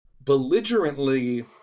belligerently